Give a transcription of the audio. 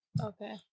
Okay